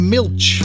Milch